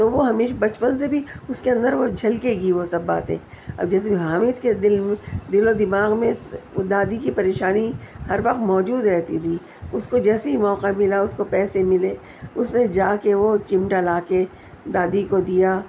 تو وہ ہمیں بچپن سے بھی اس کے جھلکیں گی وہ سب باتیں اور جیسے حامد کے دل میں دل و دماغ میں دادی کی پریشانی ہر وقت موجود رہتی تھی اس کو جیسے ہی موقع ملا اس کو پیسے ملے اس نے جاکے وہ چمٹا لاکے دادی کو دیا